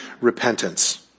repentance